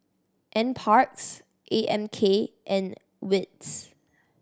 Nparks A M K and wits